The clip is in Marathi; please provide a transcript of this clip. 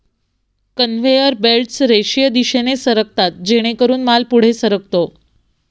कन्व्हेयर बेल्टस रेषीय दिशेने सरकतात जेणेकरून माल पुढे सरकतो